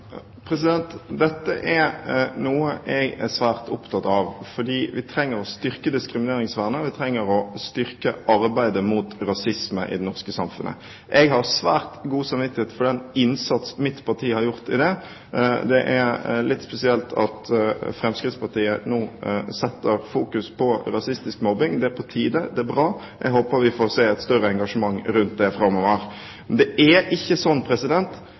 Dette er noe jeg er svært opptatt av, for vi trenger å styrke diskrimineringsvernet, og vi trenger å styrke arbeidet mot rasisme i det norske samfunnet. Jeg har svært god samvittighet for den innsatsen mitt parti har gjort her. Det er litt spesielt at Fremskrittspartiet nå setter fokus på rasistisk mobbing. Det er på tide, det er bra. Jeg håper vi får se et større engasjement rundt det framover. Det er ikke